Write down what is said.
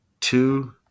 two